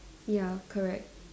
ya correct